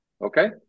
Okay